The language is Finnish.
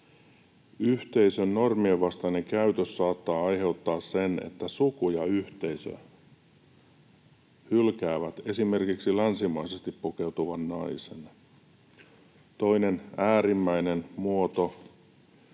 yhteisön normien vastainen käytös saattaa aiheuttaa sen, että suku ja yhteisö hylkäävät esimerkiksi länsimaisesti pukeutuvan naisen. Toinen äärimmäinen muoto,